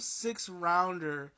six-rounder